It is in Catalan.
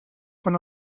fan